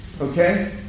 okay